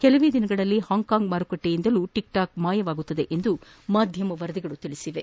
ಕೆಲವೇ ದಿನಗಳಲ್ಲಿ ಹಾಂಗ್ಕಾಂಗ್ ಮಾರುಕಟ್ಟೆಗಳಿಂದಲೂ ಟಿಕ್ಟಾಕ್ ಮಾಯವಾಗಲಿದೆ ಎಂದು ಮಾಧ್ಯಮ ವರದಿಗಳು ಹೇಳಿವೆ